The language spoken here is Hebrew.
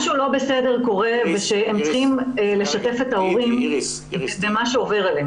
משהו שהוא לא בסדר ושהם צריכים לשתף את ההורים במה שעובר עליהם.